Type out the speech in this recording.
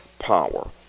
power